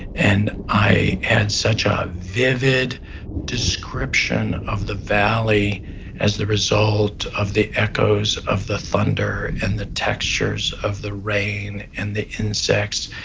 and i had such a vivid description of the valley as the result of the echoes of the thunder and the textures of the rain and the insects.